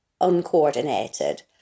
uncoordinated